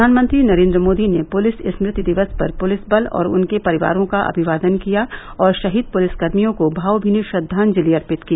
प्रधानमंत्री नरेन्द्र मोदी ने पुलिस स्मृति दिवस पर पुलिस बल और उनके परिवारों का अभिवादन किया और शहीद पुलिसकर्मियों को भावमीनी श्रद्धांजलि अर्पित की